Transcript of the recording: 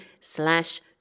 slash